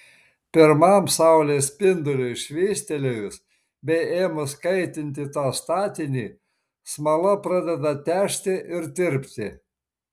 pirmam saulės spinduliui švystelėjus bei ėmus kaitinti tą statinį smala pradeda težti ir tirpti